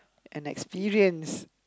an experience